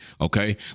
okay